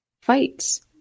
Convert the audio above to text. fights